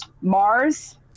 Mars